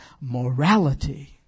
Morality